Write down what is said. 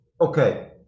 okay